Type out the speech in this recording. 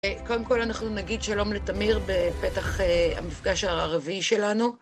קודם כל אנחנו נגיד שלום לתמיר בפתח המפגש הרביעי שלנו.